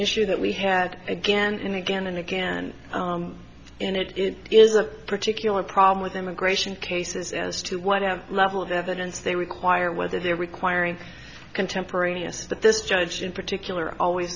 issue that we had again and again and again and it is a particular problem with immigration cases as to what level of evidence they require whether they're requiring contemporaneous that this judge in particular always